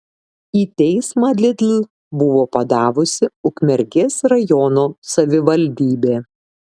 į teismą lidl buvo padavusi ukmergės rajono savivaldybė